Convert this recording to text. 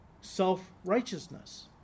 self-righteousness